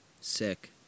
sick